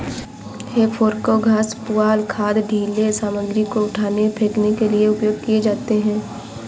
हे फोर्कव घास, पुआल, खाद, ढ़ीले सामग्री को उठाने, फेंकने के लिए उपयोग किए जाते हैं